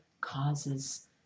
causes